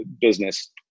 business